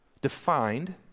defined